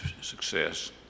success